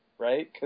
Right